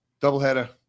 Doubleheader